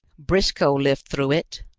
briscoe lived through it.